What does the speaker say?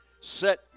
set